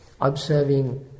observing